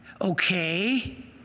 Okay